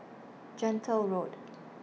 Gentle Road